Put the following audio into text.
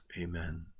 Amen